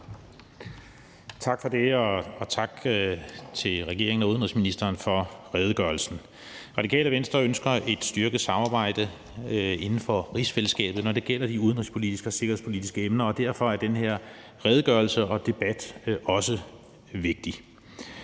Tak for det, og tak til regeringen og udenrigsministeren for redegørelsen. Radikale Venstre ønsker et styrket samarbejde inden for rigsfællesskabet, når det gælder de udenrigspolitiske og sikkerhedspolitiske emner, og derfor er den her redegørelse og debat også vigtig.